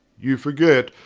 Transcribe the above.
you forget,